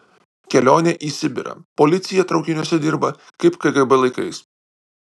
kelionė į sibirą policija traukiniuose dirba kaip kgb laikais